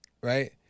right